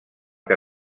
que